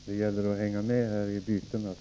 Herr talman!